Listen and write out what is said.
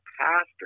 pastor—